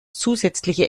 zusätzliche